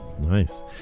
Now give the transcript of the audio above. Nice